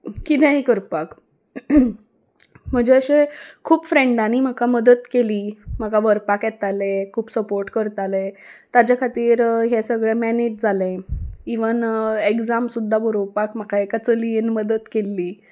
कितेंय करपाक म्हजे अशें खूब फ्रेंडांनी म्हाका मदत केली म्हाका व्हरपाक येताले खूब सपोर्ट करताले ताजे खातीर हें सगळें मॅनेज जालें इवन एग्जाम सुद्दा बरोवपाक म्हाका एका चलयेन मदत केल्ली